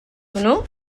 hwnnw